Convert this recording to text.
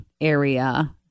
area